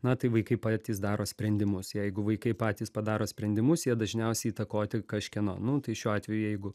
na tai vaikai patys daro sprendimus jeigu vaikai patys padaro sprendimus jie dažniausiai įtakoti kažkieno nu tai šiuo atveju jeigu